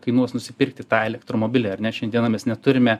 kainuos nusipirkti tą elektromobilį ar ne šiandieną mes neturime